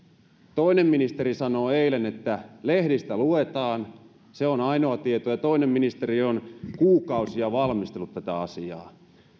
toinen ministeri sanoi eilen että lehdistä luetaan se on ainoa tieto ja toinen ministeri on kuukausia valmistellut tätä asiaa